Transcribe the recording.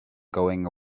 going